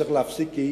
וצריך להפסיק את זה,